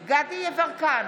דסטה גדי יברקן,